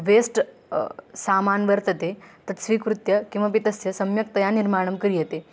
waste सामानं वर्तते तत् स्वीकृत्य किमपि तस्य सम्यक्तया निर्माणं क्रियते